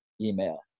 email